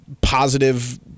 positive